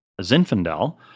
Zinfandel